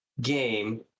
game